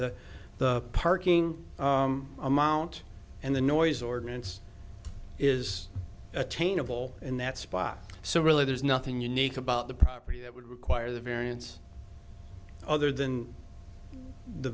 the the parking amount and the noise ordinance is attainable in that spot so really there's nothing unique about the property that would require the variance other than the